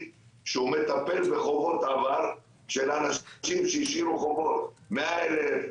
שמטפל בחובות עבר של אנשים שהשאירו חובות: 100,000,